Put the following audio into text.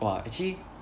!wah! actually